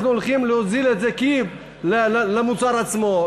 אנחנו הולכים להוזיל את זה למוצר לעצמו,